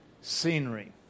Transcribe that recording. scenery